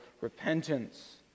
repentance